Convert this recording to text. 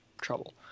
trouble